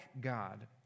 God